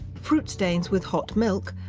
fruit stains with hot milk.